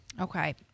Okay